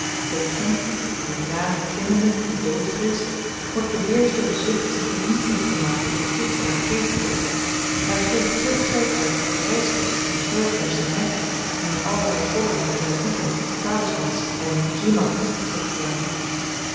de regent die in jaren klimmende den dood vreest wordt beheerscht door de zucht zich verdienstelyk te maken door giften aan geestelyken hy geeft veel geld uit voorreiskosten van pelgrims naar mekka die hem allerlei vodden van relieken talismans en djimats terugbrengen